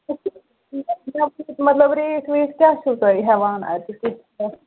مَطلَب ریٹ ویٹ کیاہ چھو تُہۍ ہیٚوان اَتہِ